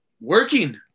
working